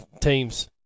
teams